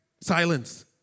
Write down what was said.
silence